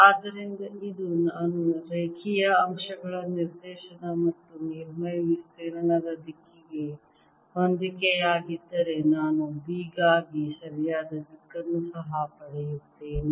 ಆದ್ದರಿಂದ ಇದು ನಾನು ರೇಖೆಯ ಅಂಶಗಳ ನಿರ್ದೇಶನ ಮತ್ತು ಮೇಲ್ಮೈ ವಿಸ್ತೀರ್ಣದ ದಿಕ್ಕಿಗೆ ಹೊಂದಿಕೆಯಾಗಿದ್ದರೆ ನಾನು B ಗಾಗಿ ಸರಿಯಾದ ದಿಕ್ಕನ್ನು ಸಹ ಪಡೆಯುತ್ತೇನೆ